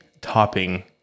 topping